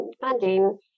funding